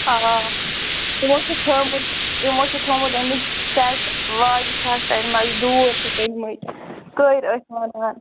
آوا آوا یِمو چھِ تھوٚومُت یِمو چھُ تھوٚومُت أمِس سَیٚٹ واجہِ چھَس اَنمٕژ دوٗر چھِکھ أنمٕتۍ کٔرۍ ٲسۍ وَنان